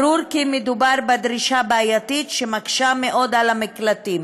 ברור כי מדובר בדרישה בעייתית שמקשה מאוד על המקלטים.